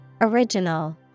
Original